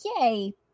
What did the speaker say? yay